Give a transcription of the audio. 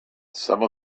some